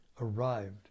arrived